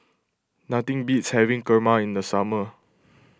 nothing beats having Kurma in the summer